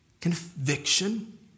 Conviction